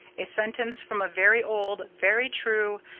a sentence from a very old, very true,